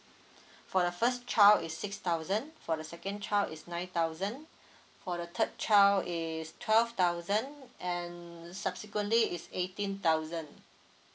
for the first child is six thousand for the second child is nine thousand for the third child is twelve thousand and subsequently is eighteen thousand